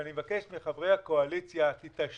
ואני מבקש מחברי הקואליציה: תתעשתו,